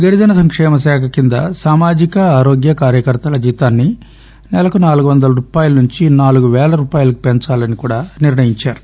గిరిజన సంక్షేమ శాఖ కింద సామాజిక ఆరోగ్య కార్యకర్తల జీతాన్ని నాలుగు వందల రూపాయల నుంచి నెలకు నాలుగు పేల రూపాయలకు పెంచాలని నిర్ణయించారు